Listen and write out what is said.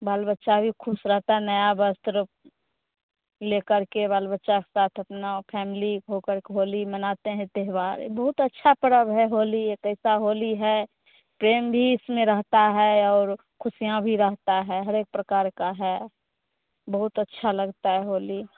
बाल बच्चा भी खुश रहता हे नया वस्त्र लेकर के बाल बच्चा के साथ अपना फॅमिली हो करके होली मनाते हैं त्योहार बहुत अच्छा पर्व है होली एक ऐसा होली है प्रेम भी इसमें रहता है और खुशियाँ भी रहती हैं हर एक प्रकार का है बहुत अच्छा लगता है होली